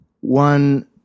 one